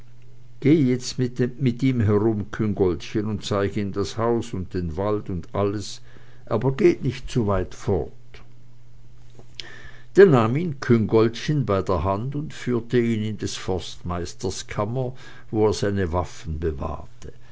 geh jetzt mit ihm herum küngoltchen und zeig ihm das haus und den wald und alles aber geht nicht zu weit da nahm ihn küngoltchen bei der hand und führte ihn in des forstmeisters kammer wo er seine waffen bewahrte